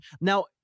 Now